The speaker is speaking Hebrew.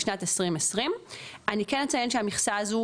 בשנת 2020. אני כן אציין שהמכסה הזו,